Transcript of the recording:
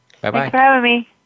Bye-bye